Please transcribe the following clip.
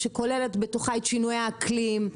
שכוללת בתוכה את שינויי האקלים,